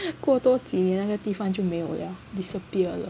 过多几年那个地方就没有 liao disappear leh